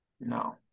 no